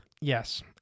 Yes